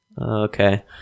Okay